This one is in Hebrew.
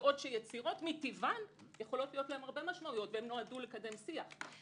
בעוד שיצירות מטבען יכולות להיות להן הרבה משמעויות ונועדו לקדם שיח.